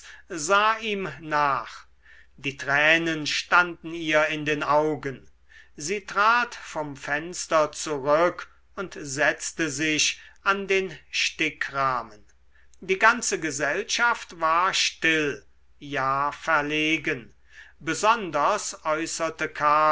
sah ihm nach die tränen standen ihr in den augen sie trat vom fenster zurück und setzte sich an den stickrahmen die ganze gesellschaft war still ja verlegen besonders äußerte